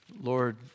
Lord